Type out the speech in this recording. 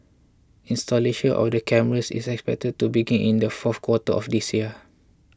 installation of the cameras is expected to begin in the fourth quarter of this year